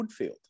Woodfield